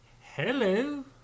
Hello